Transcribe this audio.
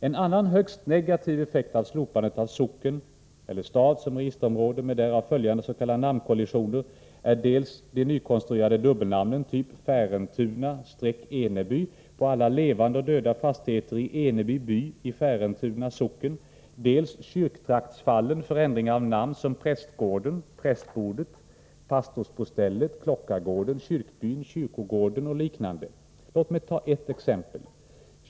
En annan högst negativ effekt av slopandet av socken eller stad som registerområde, med därav följande s.k. namnkollisioner, är dels de nykonstruerade dubbelnamnen typ Färentuna-Eneby på alla levande och döda fastigheter i Eneby by i Färentuna socken, dels kyrktraktsfallen för ändring av namn som Prästgården, Prästbordet, Pastorsbostället, Klockargården, Kyrkbyn, Kyrkogården och liknande. Låt mig ta ett exempel!